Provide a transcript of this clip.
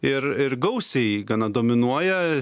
ir ir gausiai gana dominuoja